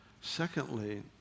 Secondly